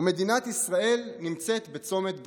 ומדינת ישראל נמצאת בצומת דרכים.